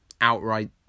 outright